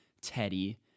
Teddy